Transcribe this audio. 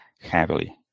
heavily